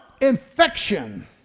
infection